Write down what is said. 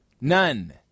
None